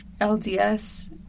LDS